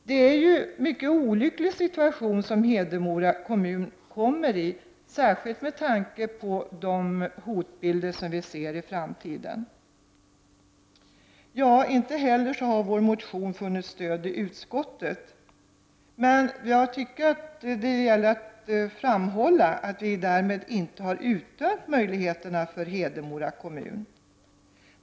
Hedemora kommun kommer att hamna i en mycket olycklig situation, särskilt med tanke på de hotbilder som vi ser inför framtiden. Vår motion har inte heller fått stöd i utskottet. Jag vill dock framhålla att vi därmed inte har uttömt möjligheterna för Hedemora kommun.